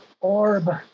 orb